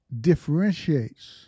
differentiates